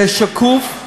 זה שקוף.